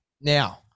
now